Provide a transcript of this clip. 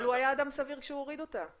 אבל הוא היה אדם סביר כשהוא הוריד אותה.